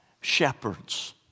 Shepherds